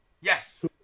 Yes